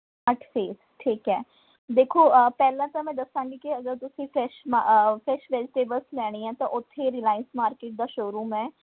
ਅੱਠ ਫੇਸ ਠੀਕ ਹੈ ਦੇਖੋ ਪਹਿਲਾਂ ਤਾਂ ਮੈਂ ਦੱਸਾਂਗੀ ਕਿ ਅਗਰ ਤੁਸੀਂ ਫ੍ਰੈਸ਼ ਮ ਫ੍ਰੈਸ਼ ਵੈਜੀਟੇਬਲਸ ਲੈਣੀ ਹੈ ਤਾਂ ਉੱਥੇ ਰਿਲਾਇੰਸ ਮਾਰਕੀਟ ਦਾ ਸ਼ੋਰੂਮ ਹੈ